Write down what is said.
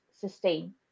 sustain